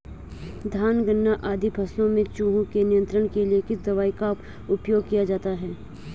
धान गन्ना आदि फसलों में चूहों के नियंत्रण के लिए किस दवाई का उपयोग किया जाता है?